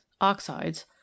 oxides